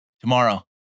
Tomorrow